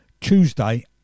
Tuesday